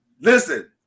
Listen